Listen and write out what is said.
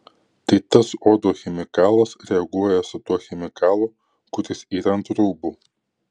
tai tas uodo chemikalas reaguoja su tuo chemikalu kuris yra ant rūbų